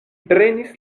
prenis